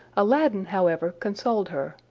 aladdin, however, consoled her,